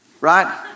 right